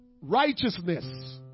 Righteousness